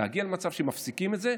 להגיע למצב שמפסיקים את זה,